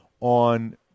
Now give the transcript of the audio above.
on